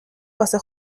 واسه